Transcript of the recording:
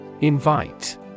Invite